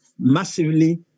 massively